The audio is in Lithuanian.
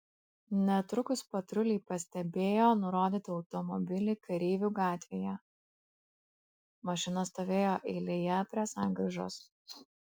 netrukus patruliai pastebėjo nurodytą automobilį kareivių gatvėje mašina stovėjo eilėje prie sankryžos